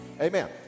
Amen